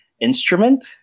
instrument